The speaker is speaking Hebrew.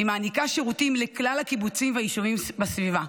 היא מעניקה שירותים לכלל הקיבוצים והיישובים בסביבה,